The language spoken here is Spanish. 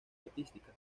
artística